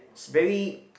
it's very